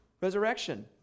resurrection